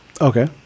Okay